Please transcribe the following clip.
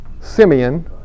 Simeon